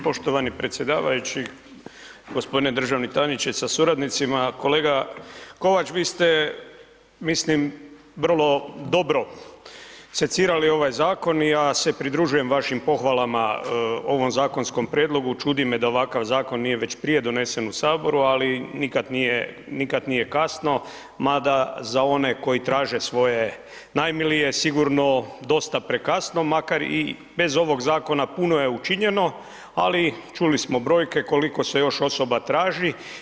Poštovani predsjedavajući, g. državni tajniče sa suradnicima, kolega Kovač, vi ste, mislim, vrlo dobro secirali ovaj zakon i ja se pridružujem vašim pohvalama ovom zakonskom prijedlogu, čudi me da ovakav zakon nije već prije donesen u HS, ali nikad nije kasno mada za one koji traže svoje najmilije sigurno dosta prekasno makar i bez ovog zakona puno je učinjeno, ali čuli smo brojke koliko se još osoba traži.